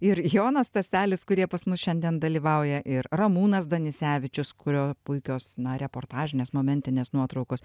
ir jonas staselis kurie pas mus šiandien dalyvauja ir ramūnas danisevičius kurio puikios na reportažinės momentinės nuotraukos